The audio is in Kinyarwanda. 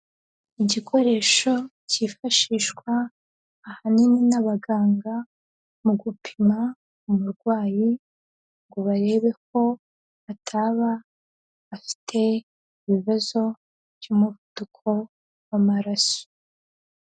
Igikoresho cyifashishwa ahanini n'abaganga mu gupima umurwayi ngo barebe ko ataba afite ibibazo by'umuvuduko w'amaraso.